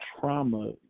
trauma